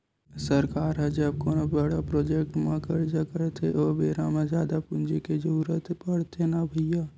सरकार ह जब कोनो बड़का प्रोजेक्ट म कारज करथे ओ बेरा म जादा पूंजी के जरुरत पड़थे न भैइया